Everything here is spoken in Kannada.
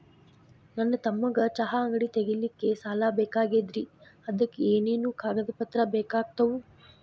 ನನ್ನ ತಮ್ಮಗ ಚಹಾ ಅಂಗಡಿ ತಗಿಲಿಕ್ಕೆ ಸಾಲ ಬೇಕಾಗೆದ್ರಿ ಅದಕ ಏನೇನು ಕಾಗದ ಪತ್ರ ಬೇಕಾಗ್ತವು?